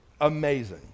amazing